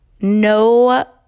no